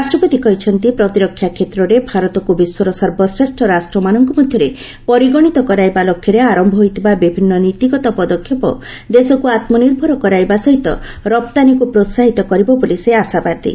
ରାଷ୍ଟ୍ରପତି କହିଛନ୍ତି ପ୍ରତିରକ୍ଷା କ୍ଷେତ୍ରରେ ଭାରତକୁ ବିଶ୍ୱର ସର୍ବଶ୍ରେଷ୍ଠ ରାଷ୍ଟ୍ରମାନଙ୍କ ମଧ୍ୟରେ ପରିଗଣିତ କରାଇବା ଲକ୍ଷ୍ୟରେ ଆରମ୍ଭ ହୋଇଥିବା ବିଭିନ୍ନ ନୀତିଗତ ପଦକ୍ଷେପ ଦେଶକୁ ଆତ୍ମନିର୍ଭର କରାଇବା ସହିତ ରପ୍ତାନୀକୁ ପ୍ରୋସାହିତ କରିବ ବୋଲି ସେ ଆଶାବାଦୀ